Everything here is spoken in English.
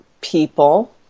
people